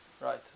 Right